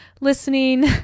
listening